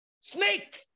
snake